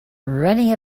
running